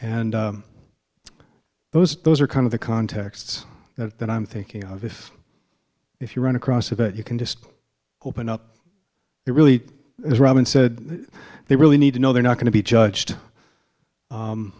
and those those are kind of the context that that i'm thinking of if if you run across it you can just open up it really is robin said they really need to know they're not going to be judged